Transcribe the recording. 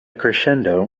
crescendo